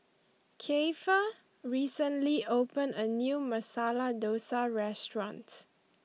Keifer recently opened a new Masala Dosa restaurant